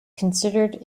considered